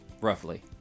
roughly